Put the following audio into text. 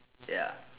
ya